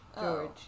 George